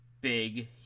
big